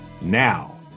Now